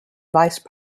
vice